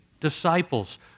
disciples